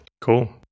Cool